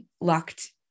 locked